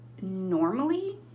normally